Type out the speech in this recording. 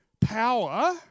Power